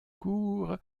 cour